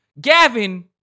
Gavin